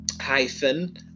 hyphen